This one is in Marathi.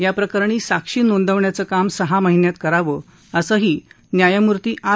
या प्रकरणी साक्षी नोंदवण्याचं काम सहा महिन्यात करावं असंही न्यायमूर्ती आर